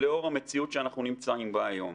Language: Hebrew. שלאור המציאות שאנחנו נמצאים בה היום